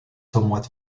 somewhat